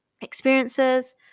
experiences